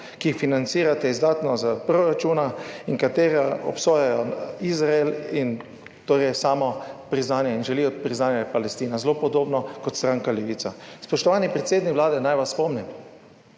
ki jih financirate izdatno iz proračuna, in katere obsojajo Izrael in samo priznanje in želijo priznanje Palestine, zelo podobno kot stranka Levica? Spoštovani predsednik Vlade, naj vas spomnim,